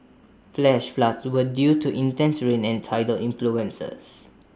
flash floods were due to intense rain and tidal influences